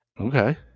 okay